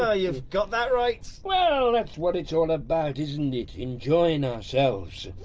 yeah you've got that right! well, that's what it's all about, isn't it? enjoying ourselves!